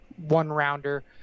one-rounder